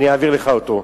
אני אעביר לך אותו.